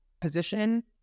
position